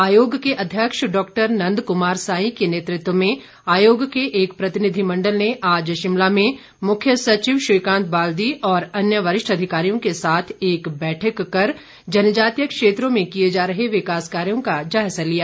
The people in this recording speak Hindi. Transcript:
आयोग के अध्यक्ष डॉक्टर नंदक्मार साई के नेतृत्व में आयोग के एक प्रतिनिधिमण्डल ने आज शिमला में मुख्य सचिव श्रीकांत बाल्दी और अन्य वरिष्ठ अधिकारियों के साथ एक बैठक कर जनजातीय क्षेत्रों में किए जा रहे विकास कार्यो का जायजा लिया